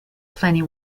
plenty